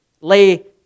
lay